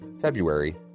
February